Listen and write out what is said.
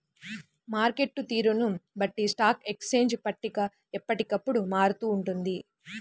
market తీరును బట్టి stock exchange పట్టిక ఎప్పటికప్పుడు మారుతూ ఉంటుంది